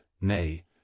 Nay